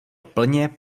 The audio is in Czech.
plně